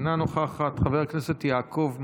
אינה נוכחת, חבר הכנסת יעקב מרגי,